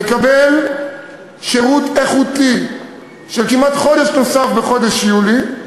לקבל שירות איכותי של כמעט חודש נוסף, בחודש יולי,